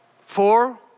Four